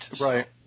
Right